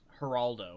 Geraldo